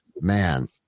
man